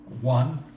One